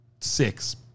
six